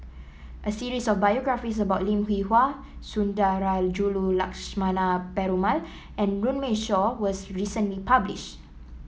a series of biographies about Lim Hwee Hua Sundarajulu Lakshmana Perumal and Runme Shaw was recently published